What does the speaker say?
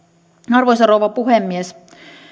arvoisa rouva puhemies